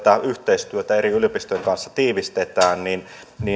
yhteistyötä eri yliopistojen kanssa tiivistetään